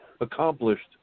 accomplished